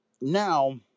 now